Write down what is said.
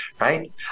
Right